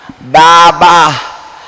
Baba